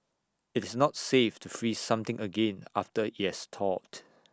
IT is not safe to freeze something again after IT has thawed